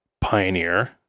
Pioneer